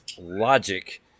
logic